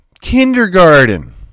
kindergarten